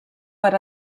per